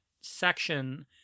section